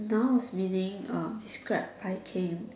nouns meaning uh describe a thing